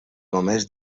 només